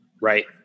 right